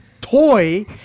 toy